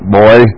boy